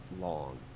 long